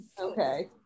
okay